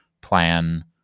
plan